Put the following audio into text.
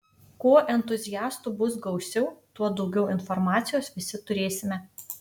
kuo entuziastų bus gausiau tuo daugiau informacijos visi turėsime